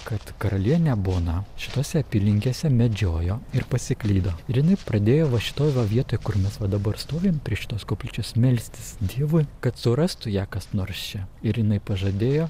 kad karalienė bona šitose apylinkėse medžiojo ir pasiklydo ir jinai pradėjo va šitoj va vietoj kur mes va dabar stovim prie šitos koplyčios melstis dievui kad surastų ją kas nors čia ir jinai pažadėjo